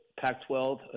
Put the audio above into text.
Pac-12